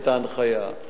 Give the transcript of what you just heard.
את ההנחיה.